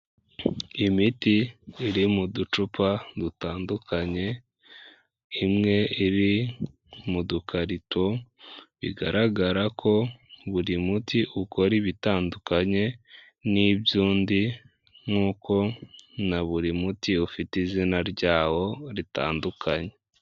Imiti iri mu ducupa dutandukanye, imwe iri mu dukarito, bigaragara ko buri muti ukora ibitandukanye n'iby'undi nk'uko na buri muti ufite izina ryawo ritandukanye.